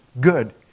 good